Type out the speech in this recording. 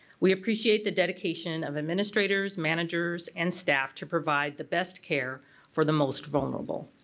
we appreciate the dedication of administrators, managers, and staff to provide the best care for the most vulnerable.